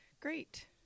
great